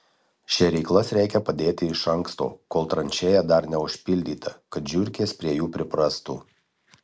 šėryklas reikia padėti iš anksto kol tranšėja dar neužpildyta kad žiurkės prie jų priprastų